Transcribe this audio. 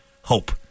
hope